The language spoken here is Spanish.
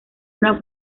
una